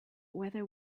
whether